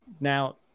now